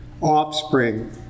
offspring